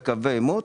בקווי עימות,